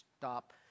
stop